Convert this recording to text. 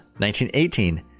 1918